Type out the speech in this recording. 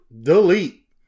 Delete